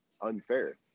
unfair